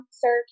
sir